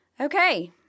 Okay